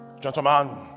gentlemen